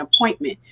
appointment